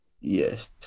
Yes